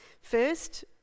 first